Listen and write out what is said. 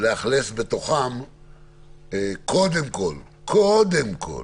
לאכלס בתוכן קודם כול קודם כול,